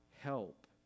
help